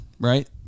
right